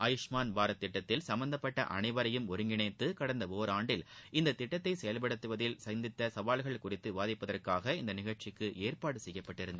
ஆயுஷ்மான் பாரத் திட்டத்தில் சம்பந்தப்பட்ட அனைவரையும் ஒருங்கிணைத்து கடந்த ஒராண்டில் இந்தத் திட்டத்தை செயல்படுத்துவதில் சந்தித்த சவால்கள் குறித்து விவாதிப்பதற்காக இந்த நிகழ்ச்சிக்கு ஏற்பாடு செய்யப்பட்டிருந்து